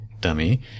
dummy